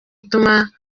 ituma